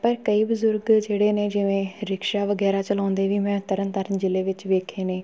ਪਰ ਕਈ ਬਜ਼ੁਰਗ ਜਿਹੜੇ ਨੇ ਜਿਵੇਂ ਰਿਕਸ਼ਾ ਵਗੈਰਾ ਚਲਾਉਂਦੇ ਵੀ ਮੈਂ ਤਰਨ ਤਾਰਨ ਜ਼ਿਲ੍ਹੇ ਵਿੱਚ ਦੇਖੇ ਨੇ